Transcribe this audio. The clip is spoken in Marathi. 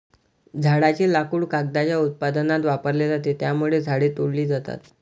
झाडांचे लाकूड कागदाच्या उत्पादनात वापरले जाते, त्यामुळे झाडे तोडली जातात